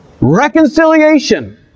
reconciliation